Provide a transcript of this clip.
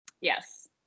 Yes